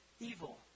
evil